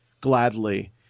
gladly